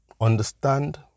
understand